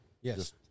Yes